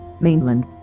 Mainland